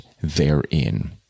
therein